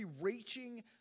reaching